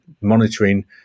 monitoring